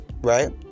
right